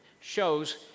shows